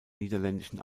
niederländischen